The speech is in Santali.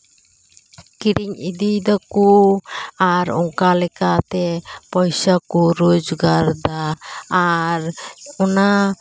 ᱠᱤᱨᱤᱧ ᱤᱫᱤᱭ ᱫᱟᱠᱚ ᱟᱨ ᱚᱱᱠᱟ ᱞᱮᱠᱟᱛᱮ ᱯᱚᱭᱥᱟ ᱠᱚ ᱨᱳᱡᱽᱜᱟᱨᱮᱫᱟ ᱟᱨ ᱚᱱᱟ